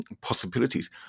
possibilities